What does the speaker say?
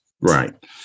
Right